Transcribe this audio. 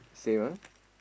same ah